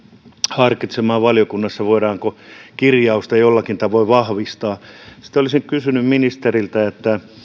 harkitsemaan valiokunnassa voidaanko kirjausta jollakin tavoin vahvistaa sitten olisin kysynyt ministeriltä